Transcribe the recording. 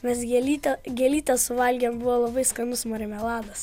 mes gėlytę gėlytę suvalgėm buvo labai skanus marmeladas